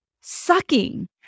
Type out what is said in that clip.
sucking